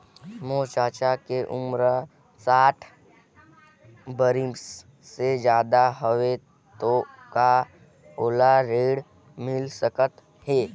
मोर चाचा के उमर साठ बरिस से ज्यादा हवे तो का ओला ऋण मिल सकत हे?